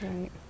Right